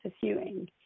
pursuing